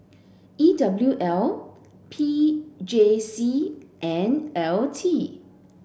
E W L P J C and L T